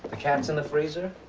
cat's in the freezer?